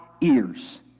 ears